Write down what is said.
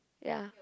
ya